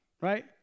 right